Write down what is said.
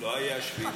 לא היה 7 באוקטובר.